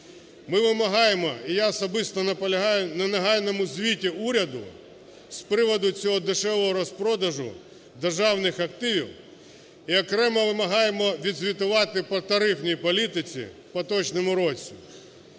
Ми вимагаємо, і я особисто наполягаю, на негайному звіті уряду з приводу цього дешевого розпродажу державних активів. І окремо вимагаємо відзвітувати по тарифній політиці в поточному році.